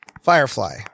Firefly